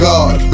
God